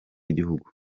w’igihugu